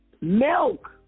Milk